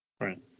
Right